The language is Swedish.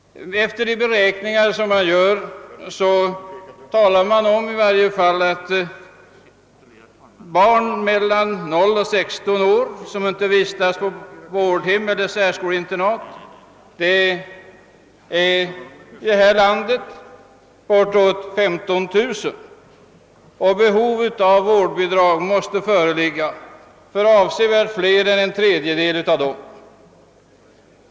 Enligt gjorda beräkningar uppgår antalet barn mellan 0 och 16 år, som inte vistas på vårdhem eller särskoleinternat, till bortåt 15 000, och behov av vårdbidrag måste föreligga för avsevärt flera än en tredjedel av dem.